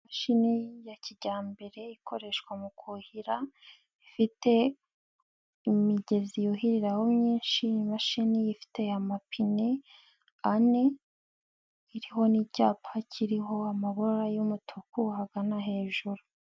Imashini ya kijyambere ikoreshwa mu kuhira, ifite imigezi yuhiriraho myinshi, imashini ifite amapine ane, iriho n'icyapa kiriho amabara y'umutuku hagana hejuru.